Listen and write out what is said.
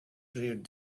read